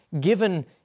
given